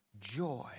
joy